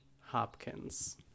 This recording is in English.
Hopkins